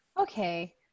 okay